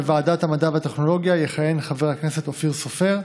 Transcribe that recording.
בוועדת המדע והטכנולוגיה יכהן חבר הכנסת אופיר סופר,